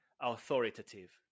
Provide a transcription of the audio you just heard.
authoritative